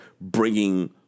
bringing